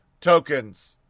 tokens